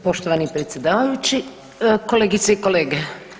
Poštovani predsjedavajući, kolegice i kolege.